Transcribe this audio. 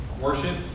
Worship